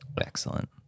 excellent